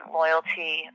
loyalty